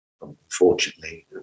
unfortunately